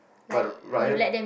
but Ryan